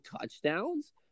touchdowns